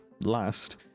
last